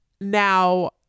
Now